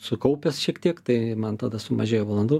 sukaupęs šiek tiek tai man tada sumažėjo valandų